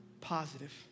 Positive